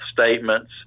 statements